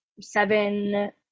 seven